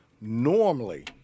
normally